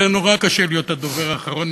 זה נורא קשה להיות הדובר האחרון,